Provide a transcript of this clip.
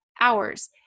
hours